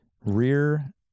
rear